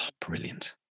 brilliant